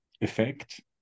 effect